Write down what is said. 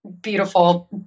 beautiful